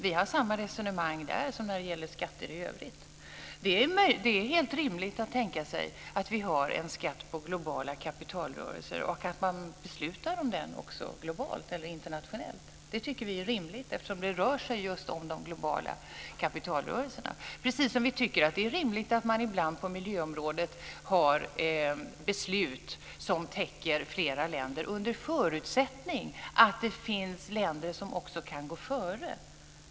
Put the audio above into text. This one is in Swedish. Vi för samma resonemang där som när det gäller skatter i övrigt. Det är helt rimligt att tänka sig att vi har en skatt på globala kapitalrörelser och att man också fattar beslut om den globalt eller internationellt. Det tycker vi är rimligt, eftersom det rör sig just om de globala kapitalrörelserna, precis som vi tycker att det är rimligt att man ibland på miljöområdet fattar beslut som täcker flera länder, under förutsättning att det också finns länder som kan gå före.